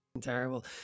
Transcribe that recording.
terrible